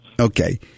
Okay